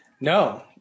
No